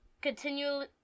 continually